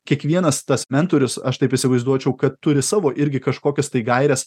kiekvienas tas mentorius aš taip įsivaizduočiau kad turi savo irgi kažkokias tai gaires